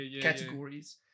categories